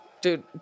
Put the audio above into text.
Dude